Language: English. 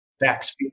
Facts